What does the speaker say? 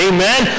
Amen